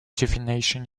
divination